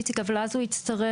איציק, אבל הוא יצטרך